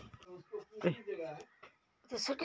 मुँहखैर दुर्गंध मिटवार तने सुनीता हरी इलायची चबा छीले